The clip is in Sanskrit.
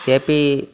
तेऽपि